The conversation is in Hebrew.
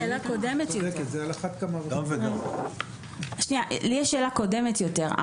לי יש שאלה קודמת יותר.